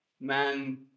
man